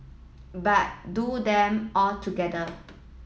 but do them all together